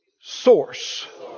Source